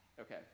Okay